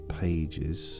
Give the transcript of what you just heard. pages